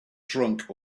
drunk